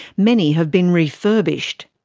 many have been refurbished.